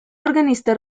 organista